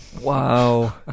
Wow